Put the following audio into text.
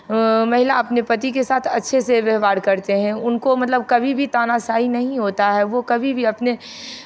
महिला अपने पति के साथ अच्छे से व्यवहार करते हैं उनको मतलब कभी भी तानाशाही नहीं होता है कभी भी अपने